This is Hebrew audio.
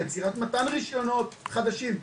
עצירת מתן רישיונות חדשים.